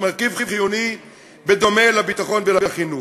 מרכיב חיוני בדומה לביטחון ולחינוך.